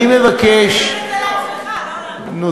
אני מבקש, אז תגיד את זה לעצמך, לא לנו.